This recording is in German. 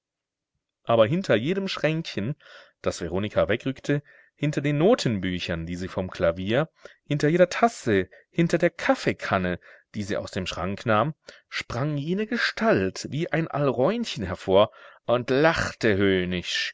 aber hinter jedem schränkchen das veronika wegrückte hinter den notenbüchern die sie vom klavier hinter jeder tasse hinter der kaffeekanne die sie aus dem schrank nahm sprang jene gestalt wie ein alräunchen hervor und lachte